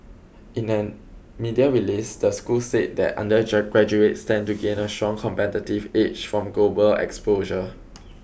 in an media release the school said that under graduates stand to gain a strong competitive edge from global exposure